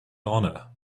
honor